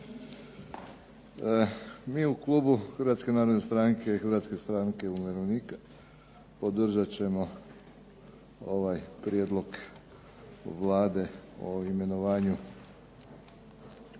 MI u Klubu Hrvatske narodne stranke i Hrvatske stranke umirovljenika podržat ćemo ovaj Prijedlog Vlade o imenovanju novih članova